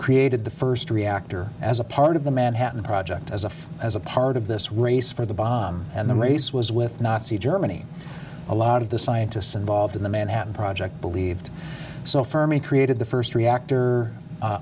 created the first reactor as a part of the manhattan project as a as a part of this race for the bomb and the race was with nazi germany a lot of the scientists involved in the manhattan project believed so firmly created the first reactor